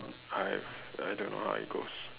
I've I don't know I go see